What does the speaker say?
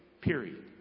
Period